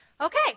okay